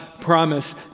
promise